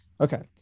Okay